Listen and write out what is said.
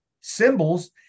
symbols